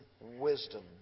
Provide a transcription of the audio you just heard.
wisdom